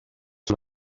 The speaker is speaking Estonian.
sul